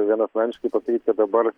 vienasmeniškai pasakyti kad dabar